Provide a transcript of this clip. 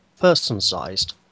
person-sized